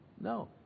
No